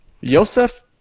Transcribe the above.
Yosef